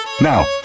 Now